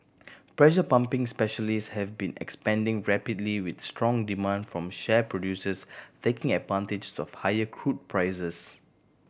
pressure pumping specialist have been expanding rapidly with strong demand from shale producers taking advantage of higher crude prices